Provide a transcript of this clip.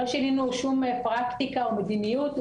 לא שינינו שום פרקטיקה או מדיניות.